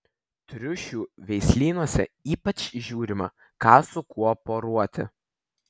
triušių veislynuose ypač žiūrima ką su kuo poruoti